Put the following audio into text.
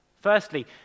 Firstly